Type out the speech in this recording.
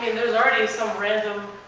and there's already some random,